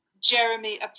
jeremy